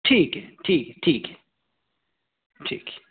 ठीक है ठीक है ठीक है ठीक है